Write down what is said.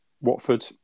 Watford